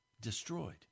destroyed